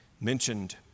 mentioned